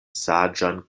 saĝan